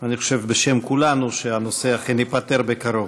אני חושב, בשם כולנו, שהנושא אכן ייפתר בקרוב.